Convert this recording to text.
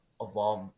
evolve